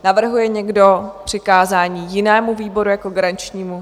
Navrhuje někdo přikázání jinému výboru jako garančnímu?